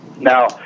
Now